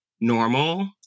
normal